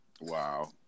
Wow